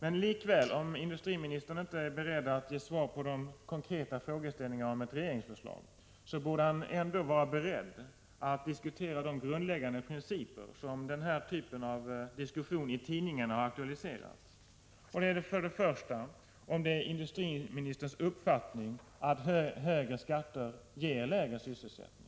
Om industriministern inte är beredd att ge svar på konkreta frågeställningar om ett regeringsförslag, borde han ända vara beredd att diskutera de grundläggande principer som den här typen av diskussion i tidningar har aktualiserat. Frågeställningen gäller först och främst: Är det industriministerns uppfattning att högre skatter ger lägre sysselsättning?